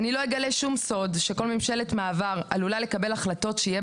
לא אגלה אף סוד שכל ממשלת מעבר עלולה לקבל החלטות שיהיה